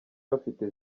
bafite